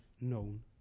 known